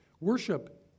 Worship